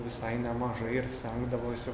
visai nemažai ir stengdavosi